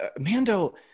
Mando